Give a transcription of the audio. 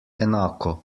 enako